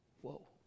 whoa